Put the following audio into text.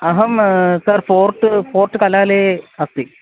अहं sir fourth fort कलालये अस्ति